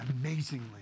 amazingly